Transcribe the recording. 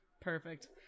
perfect